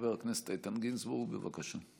חבר הכנסת איתן גינזבורג, בבקשה.